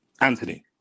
Anthony